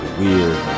weird